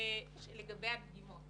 לגבי הדגימות